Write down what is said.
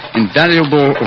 invaluable